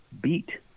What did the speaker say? beat